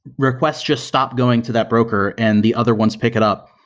request just stop going to that broker and the other ones pick it up.